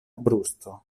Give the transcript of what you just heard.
brusto